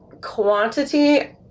Quantity